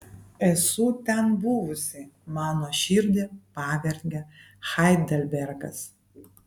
esu ten buvusi mano širdį pavergė heidelbergas